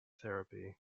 therapy